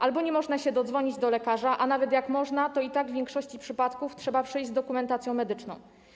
Albo nie można się dodzwonić do lekarza, albo nawet jak można, to i tak w większości przypadków trzeba przyjść z dokumentacją medyczną.